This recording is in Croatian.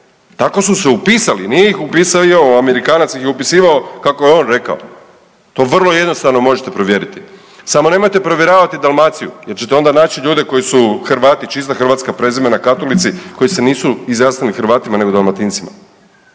tako su se upisali nije upisivao … Amerikanac ih je upisivao kako je on rekao, to vrlo jednostavno možete provjeriti. Samo nemojte provjeravati Dalmaciju jer ćete onda naći ljudi koji su Hrvati, čista hrvatska prezimena katolici koji se nisu izjasnili Hrvatima nego Dalmatincima.